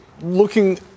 looking